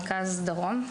למרכז או לדרום,